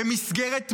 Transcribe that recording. במסגרת מה?